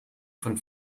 von